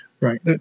Right